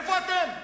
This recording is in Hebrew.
איפה אתם?